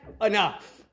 enough